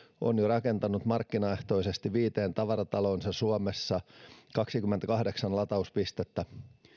on jo rakentanut markkinaehtoisesti viiteen tavarataloonsa suomessa kaksikymmentäkahdeksan latauspistettä